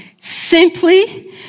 simply